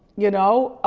you know,